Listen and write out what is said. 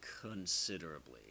considerably